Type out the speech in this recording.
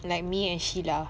like me and Sheila